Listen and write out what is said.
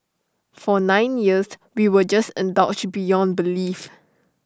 for nine years we were just indulged beyond belief